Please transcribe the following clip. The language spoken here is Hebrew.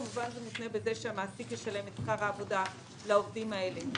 כמובן שזה מותנה בכך שהמעסיק ישלם את שכר העבודה לעובדים האלה.